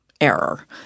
error